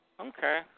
Okay